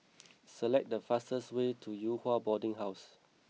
select the fastest way to Yew Hua Boarding House